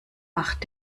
macht